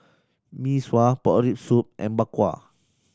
Mee Sua pork rib soup and Bak Kwa